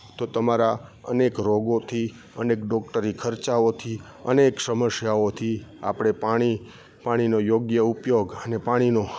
તો તમારા અનેક રોગોથી અનેક ડોક્ટરી ખર્ચાઓથી અનેક સમસ્યાઓથી આપણે પાણી પાણીનો યોગ્ય ઉપયોગ અને પાણીનો